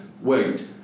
wait